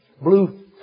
blue